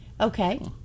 Okay